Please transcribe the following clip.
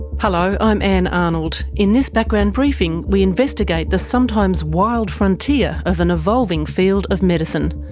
hello, i'm ann arnold. in this background briefing, we investigate the sometimes wild frontier of an evolving field of medicine.